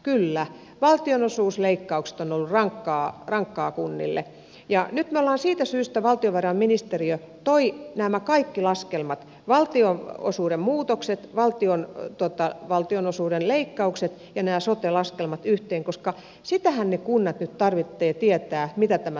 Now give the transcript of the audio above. kyllä valtionosuusleikkaukset ovat olleet rankkoja kunnille ja nyt valtiovarainministeriö toi nämä kaikki laskelmat valtionosuuden muutokset valtionosuuden leikkaukset ja nämä sote laskelmat yhteen koska sehän niiden kuntien nyt tarvitsee tietää mitä tämä tarkoittaa